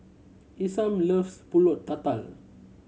Isam loves Pulut Tatal